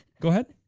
go ahead.